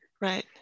right